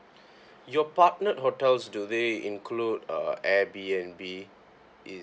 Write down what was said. your partnered hotels do they include Airbnb is